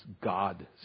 God